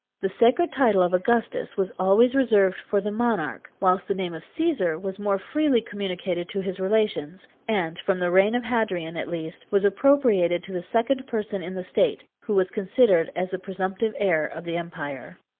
the sacred title of augustus was always reserved for the monarch, whilst the name of caesar was more freely communicated to his relations and, from the reign of hadrian, at least, was appropriated to the second person in the state, who was considered as the presumptive heir of the empire.